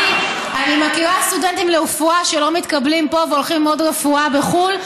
אני מכירה סטודנטים לרפואה שלא מתקבלים פה והולכים ללמוד רפואה בחו"ל.